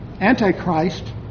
Antichrist